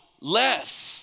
less